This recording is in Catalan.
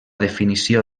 definició